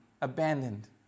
abandoned